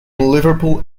liverpool